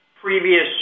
previous